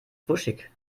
wuschig